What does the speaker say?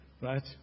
Right